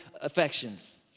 affections